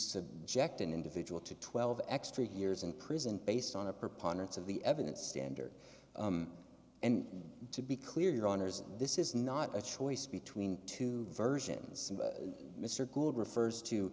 subject an individual to twelve extra years in prison based on a preponderance of the evidence standard and to be clear your honour's this is not a choice between two versions mr gould refers to